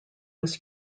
was